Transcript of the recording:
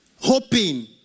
hoping